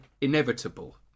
inevitable